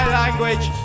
language